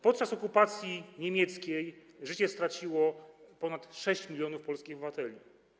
Podczas okupacji niemieckiej życie straciło ponad 6 mln polskich obywateli.